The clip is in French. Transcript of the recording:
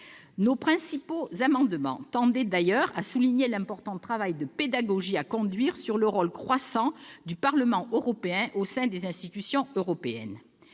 Nos principaux amendements tendaient d'ailleurs à souligner l'important travail de pédagogie à conduire sur le rôle croissant du Parlement européen au sein des institutions européennes.